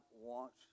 wants